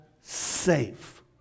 safe